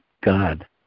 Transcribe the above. God